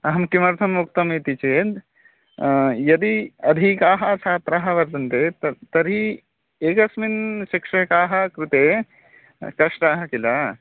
अहं किमर्थम् उक्तम् इति चेत् यदि अधिकाः छात्राः वर्तन्ते त तर्हि एकस्मिन् शिक्षकाः कृते कष्टः किल